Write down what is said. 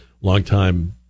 longtime